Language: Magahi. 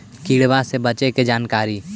किड़बा से बचे के जानकारी?